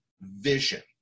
vision